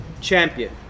champion